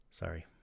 sorry